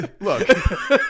Look